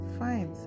fine